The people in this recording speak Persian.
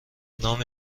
نام